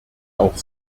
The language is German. auch